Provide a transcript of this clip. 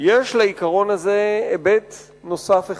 יש לעיקרון הזה היבט אחד נוסף,